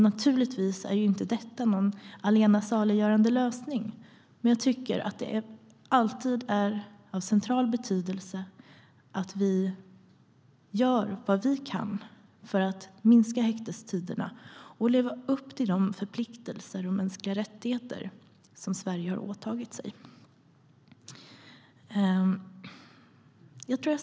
Givetvis är det inte någon allena saliggörande lösning, men det är av central betydelse att vi alltid gör vad vi kan för att minska häktningstiderna och leva upp till de förpliktelser vad gäller mänskliga rättigheter som Sverige har åtagit sig.